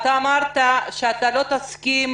אמרת שאתה לא תסכים